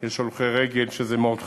יש הולכי רגל, שזה מאוד חריג.